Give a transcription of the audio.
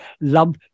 love